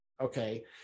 Okay